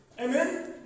Amen